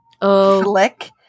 flick